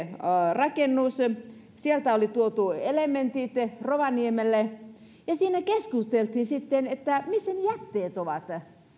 rakennus sieltä oli tuotu elementit rovaniemelle ja siinä keskusteltiin että missä ne jätteet ovat